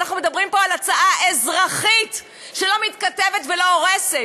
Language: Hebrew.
אנחנו מדברים פה על הצעה אזרחית שלא מתכתבת ולא הורסת,